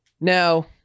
Now